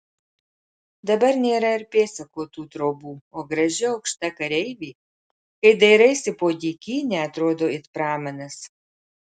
dabar nėra ir pėdsako tų trobų o graži aukšta kareivė kai dairaisi po dykynę atrodo it pramanas